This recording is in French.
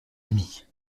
ami